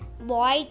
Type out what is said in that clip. boy